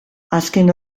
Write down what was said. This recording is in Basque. azken